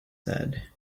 said